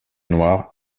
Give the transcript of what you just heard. noir